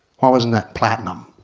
why wasn't that platinum?